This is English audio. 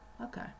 okay